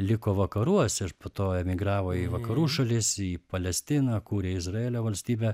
liko vakaruose ir po to emigravo į vakarų šalis į palestiną kūrė izraelio valstybę